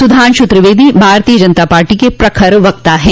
सुधांशु त्रिवेदी भारतीय जनता पार्टी के प्रखर वक्ता है